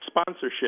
sponsorship